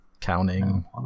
Counting